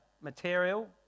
material